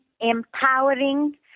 empowering